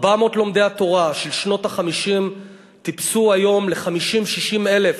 400 לומדי התורה של שנות ה-50 טיפסו היום ל-50,000 60,000,